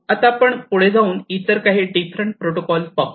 आपण आता पुढे जाऊन इतर काही डिफरंट प्रोटोकॉल पाहू